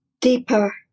deeper